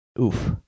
Oof